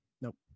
Nope